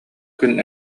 күн